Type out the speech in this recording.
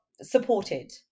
supported